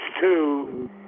two